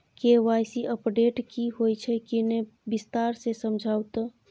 KYC update की होय छै किन्ने विस्तार से समझाऊ ते?